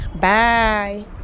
Bye